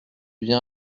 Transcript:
viens